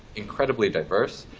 incredibly diverse.